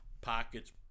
pockets